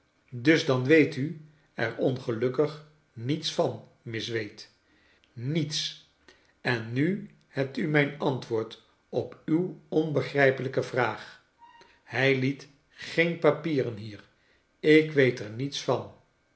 dus dan weet u er ongelukkig niets van miss wade niets en nu hebt u mijn antwoord op uw onbegrijpelijke vraag hij liet geen papieren hier ik weet er niets van